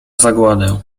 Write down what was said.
zagładę